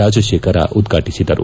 ರಾಜಶೇಖರ್ ಉದ್ಘಾಟಿಸಿದರು